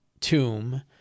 tomb